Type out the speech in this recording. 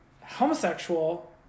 homosexual